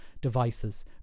devices